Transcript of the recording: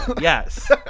Yes